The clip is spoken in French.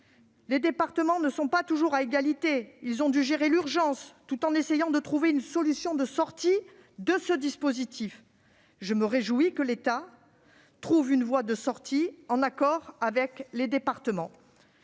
les départements, qui ne sont pas toujours à égalité, ont dû gérer l'urgence, tout en essayant de trouver une solution de sortie de ce dispositif. Je me réjouis que l'État trouve une voie de sortie en accord avec les départements.